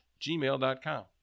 gmail.com